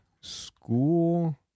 school